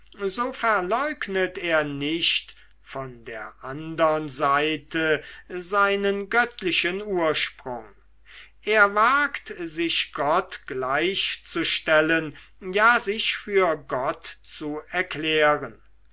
so verleugnet er nicht von der andern seite seinen göttlichen ursprung er wagt sich gott gleichzustellen ja sich für gott zu erklären